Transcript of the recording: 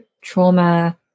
trauma